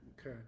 Okay